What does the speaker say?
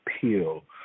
peel